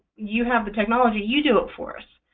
you have the technology. you do it for us.